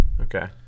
Okay